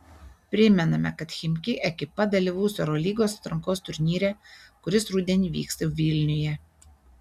primename kad chimki ekipa dalyvaus eurolygos atrankos turnyre kuris rudenį vyks vilniuje